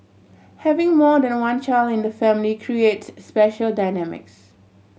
having more than one child in the family creates special dynamics